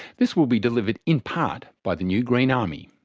this will be delivered, in part, by the new green army.